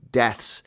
deaths